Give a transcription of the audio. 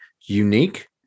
unique